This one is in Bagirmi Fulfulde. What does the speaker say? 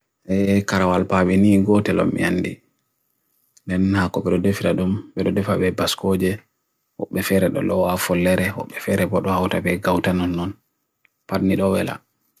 E karawal pa veni n'gote lom yandi. Nen hako brodef yadum, brodef awe baskoje ok befere do lo afolere, ok befere brodwa otwai gautanon non. Par nidovela.